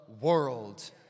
world